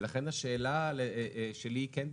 ולכן השאלה שלי היא כן במקומה,